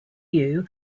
view